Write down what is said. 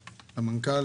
למנכ"ל,